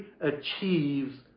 achieves